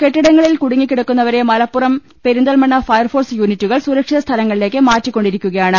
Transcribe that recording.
കെട്ടിടങ്ങളിൽ കുടുങ്ങി കിടക്കുന്നവരെ മലപ്പുറം പെരിന്തൽമണ്ണ ഫയർഫോഴ്സ് യൂണിറ്റുകൾ സുരക്ഷിത സ്ഥലങ്ങളിലേക്ക് മാറ്റി ക്കൊണ്ടിരിക്കുകയാണ്